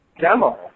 demo